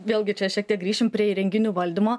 vėlgi čia šiek tiek grįšim prie įrenginių valdymo